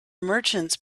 merchants